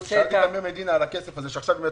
שאלתי את אמיר מדינה על הכסף הזה ומה